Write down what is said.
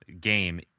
game